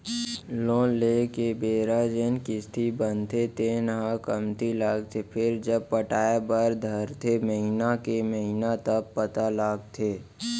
loan लेए के बेरा जेन किस्ती बनथे तेन ह कमती लागथे फेरजब पटाय बर धरथे महिना के महिना तब पता लगथे